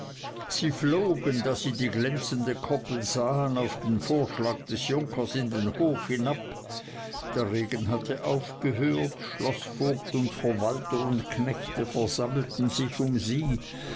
sie flogen da sie die glänzende koppel sahen auf den vorschlag des junkers in den hof hinab der regen hatte aufgehört schloßvogt und verwalter und knechte versammelten sich um sie